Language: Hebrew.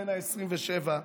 בן ה-27,